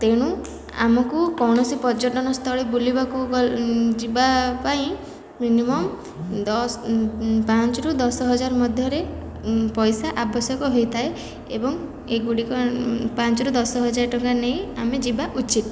ତେଣୁ ଆମକୁ କୌଣସି ପର୍ଯ୍ୟଟନ ସ୍ଥଳୀ ବୁଲିବାକୁ ଗଲ ଯିବା ପାଇଁ ମିନିମମ୍ ଦଶ ପାଞ୍ଚ ରୁ ଦଶ ହଜାର ମଧ୍ୟରେ ପଇସା ଆବଶ୍ୟକ ହୋଇଥାଏ ଏବଂ ଏଗୁଡ଼ିକ ପାଞ୍ଚ ରୁ ଦଶ ହଜାର ଟଙ୍କା ନେଇ ଆମେ ଯିବା ଉଚିତ